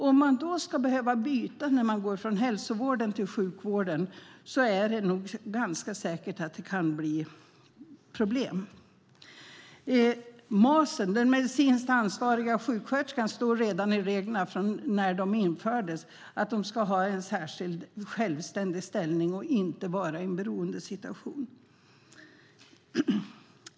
Om de ska behöva byta när de går från hälsovården till sjukvården är det nog ganska säkert att det kan bli problem. När det gäller den medicinskt ansvariga sjuksköterskan, Masen, stod det redan i reglerna när de infördes att de ska ha en särskilt självständig ställning och inte vara i en beroendesituation.